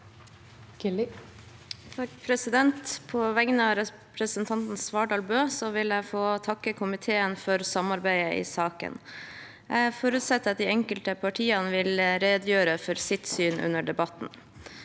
rer for saken): På vegne av representanten Svardal Bøe vil jeg takke komiteen for samarbeidet i saken. Jeg forutsetter at de enkelte partiene vil redegjøre for sine syn under debatten.